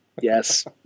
Yes